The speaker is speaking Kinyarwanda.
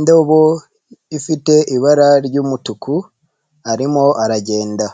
ndobo ifite ibara ry'umutuku arimo aragenda.